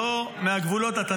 ----- הזכות הזאת,